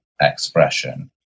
expression